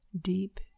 deep